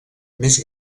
més